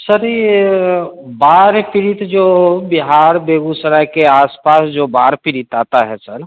sir ये बाढ़ प्रीत जो बिहार बेगूसराय के आस पास जो बाढ़ प्रीत आता है सर